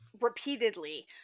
repeatedly